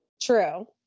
true